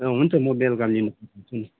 हुन्छ म बेलुका लिनु पठाउँछु नि